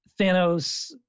Thanos